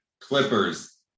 Clippers